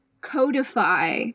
codify